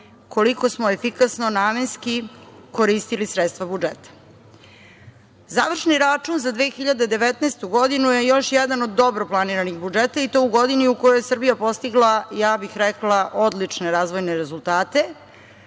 koliko smo efikasno namenski koristili sredstva budžeta. Završni račun za 2019. godinu je još jedan od dobro planiranih budžeta i to u godini u kojoj je Srbija postigla, rekla bih, odlične razvojne rezultate.